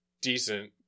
decent